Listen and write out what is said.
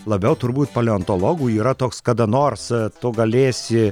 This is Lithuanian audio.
labiau turbūt paleontologų yra toks kada nors tu galėsi